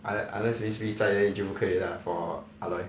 unless 在 then 你就不可以 lah for ah loi